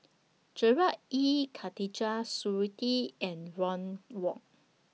Gerard Ee Khatijah Surattee and Ron Wong